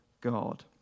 God